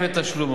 תעכב את תשלומו,